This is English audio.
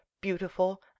beautiful